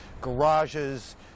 garages